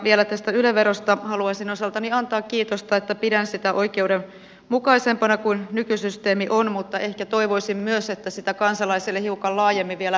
vielä tästä yle verosta haluaisin osaltani antaa kiitosta että pidän sitä oikeudenmukaisempana kuin nykysysteemi on mutta ehkä toivoisin myös että sitä kansalaisille hiukan laajemmin vielä avattaisiin